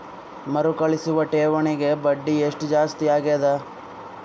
ಮರುಕಳಿಸುವ ಠೇವಣಿಗೆ ಬಡ್ಡಿ ಎಷ್ಟ ಜಾಸ್ತಿ ಆಗೆದ?